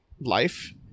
life